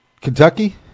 Kentucky